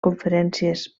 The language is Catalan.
conferències